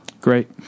Great